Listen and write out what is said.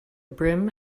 brim